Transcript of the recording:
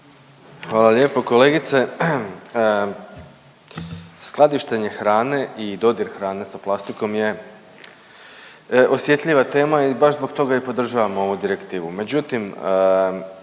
Hvala lijepo. Kolegice, skladištenje hrane i dodir hrane sa plastikom je osjetljiva tema i baš zbog toga i podržavamo ovu direktivu. Međutim